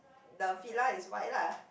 the Fila is white lah